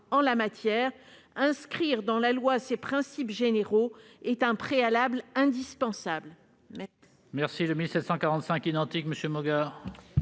en la matière ; inscrire dans la loi ces principes généraux est un préalable indispensable.